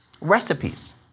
Recipes